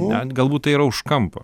net galbūt tai yra už kampo